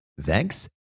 thanks